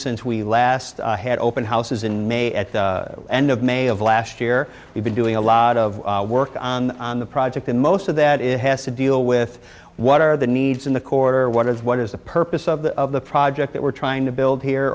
since we last had open houses in may at the end of may of last year we've been doing a lot of work on on the project and most of that it has to deal with what are the needs in the quarter what are the what is the purpose of the of the project that we're trying to build here